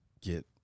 get